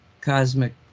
cosmic